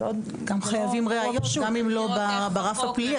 וגם חייבים ראיות, גם אם זה לא ברף הפלילי.